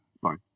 Sorry